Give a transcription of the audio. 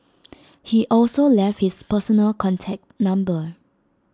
he also left his personal contact number